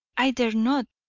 i dare not,